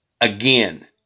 again